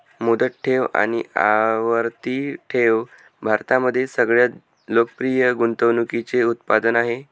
मुदत ठेव आणि आवर्ती ठेव भारतामध्ये सगळ्यात लोकप्रिय गुंतवणूकीचे उत्पादन आहे